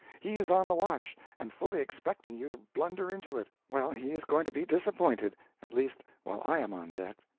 he is on the watch, and fully expecting you to blunder into it. well, he is going to be disappointed at least while i am on deck.